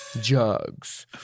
Jugs